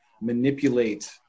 manipulate